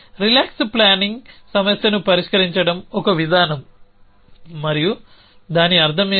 relax planning సమస్యను పరిష్కరించడం ఒక విధానం మరియు దాని అర్థం ఏమిటి